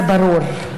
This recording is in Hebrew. וזה ברור,